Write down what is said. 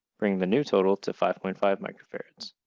bringing the new total to five point five microfarads.